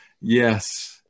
Yes